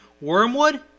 wormwood